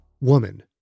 woman